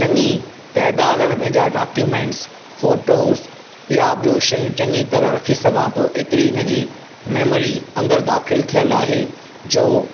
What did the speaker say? चङी तइदाद में पंहिंजा डॉक्यूमेंट्स फ़ोटोस या ॿियूं शयूं चङी तरहि रखी सघां थो एतिरी हिन जी मैमरी अंदरु दाख़िलु थियलु आहे जो